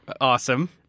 Awesome